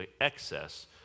Excess